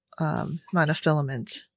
monofilament